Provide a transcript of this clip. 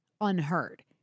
unheard